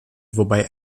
wobei